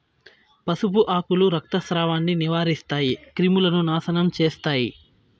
పసుపు ఆకులు రక్తస్రావాన్ని నివారిస్తాయి, క్రిములను నాశనం చేస్తాయి